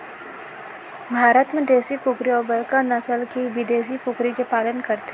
भारत म देसी कुकरी अउ बड़का नसल के बिदेसी कुकरी के पालन करथे